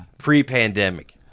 pre-pandemic